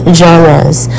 genres